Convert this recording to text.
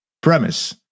premise